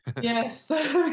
Yes